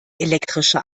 elektrische